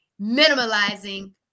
minimalizing